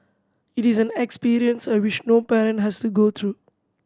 it is an experience I wish no parent has to go through